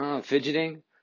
fidgeting